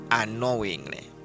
unknowingly